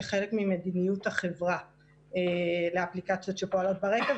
כחלק ממדיניות החברה לאפליקציות שפועלות ברקע,